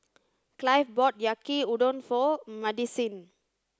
Clive bought Yaki Udon for Madisyn